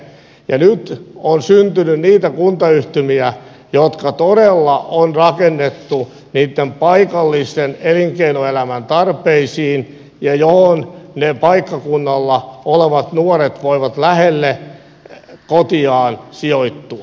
nyt on syntynyt niitä kuntayhtymiä jotka todella on rakennettu paikallisen elinkeinoelämän tarpeisiin ja joihin ne paikkakunnalla olevat nuoret voivat lähelle kotiaan sijoittua